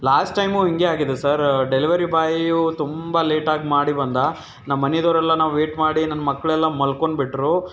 last time ಹಿಂಗೆ ಆಗಿದೆ sir delivery boy ತುಂಬ ಲೇಟಾಗಿ ಮಾಡಿ ಬಂದ ನಮ್ಮ ಮನೆಯವ್ರೆಲ್ಲ ನಾವು ವೇಟ್ ಮಾಡಿ ನನ್ನ ಮಕ್ಕಳೆಲ್ಲ ಮಲ್ಕೊಂಡ್ಬಿಟ್ಟರು